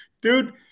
dude